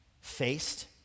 faced